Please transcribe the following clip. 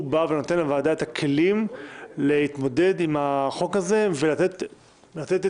הוא נותן לוועדה את הכלים להתמודד עם החוק הזה ונותן את